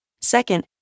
Second